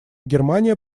германия